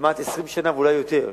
כמעט 20 שנה ואולי יותר,